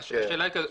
השאלה היא כזו,